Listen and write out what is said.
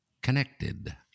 connected